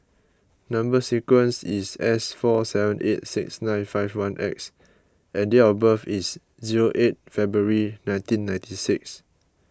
Number Sequence is S four seven eight six nine five one X and date of birth is zero eight February nineteen ninety six